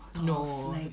No